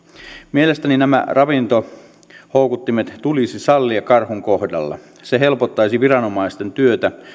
mielestäni nämä ravintohoukuttimet tulisi sallia karhun kohdalla se helpottaisi viranomaisten työtä